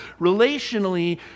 Relationally